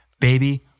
Baby